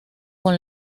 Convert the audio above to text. con